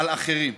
על אחרים.